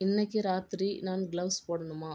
இன்னைக்கு ராத்திரி நான் கிளவுஸ் போடணுமா